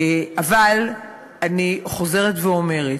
אבל אני חוזרת ואומרת: